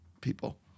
people